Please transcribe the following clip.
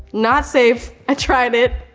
not safe. i tried it.